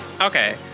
Okay